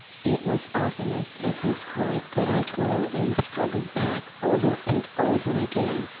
it was oftenest at this point, that i toiled and struggled back, over and over again,